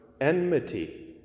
enmity